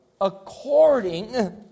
according